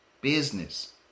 business